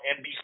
NBC